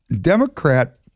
Democrat